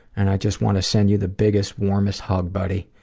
and i just wanna send you the biggest, warmest hug, buddy.